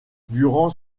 durant